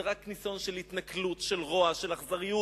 זה רק ניסיון של התנכלות, של רוע, של אכזריות.